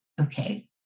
Okay